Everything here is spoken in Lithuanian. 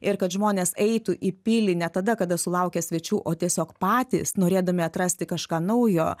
ir kad žmonės eitų į pilį ne tada kada sulaukia svečių o tiesiog patys norėdami atrasti kažką naujo